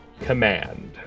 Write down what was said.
command